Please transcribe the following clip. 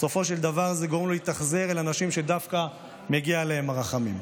בסופו של דבר זה גורם לו להתאכזר לאנשים שדווקא מגיעים להם הרחמים.